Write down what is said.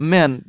Men